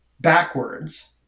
backwards